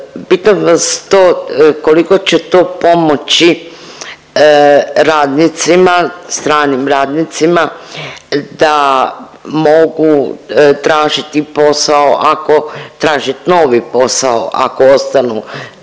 Pitam vas to koliko će to pomoći radnicima, stranim radnicima da mogu tražiti posao ako tražit novi posao ako ostanu